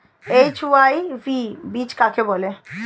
HYV বীজ কাকে বলে?